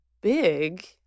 big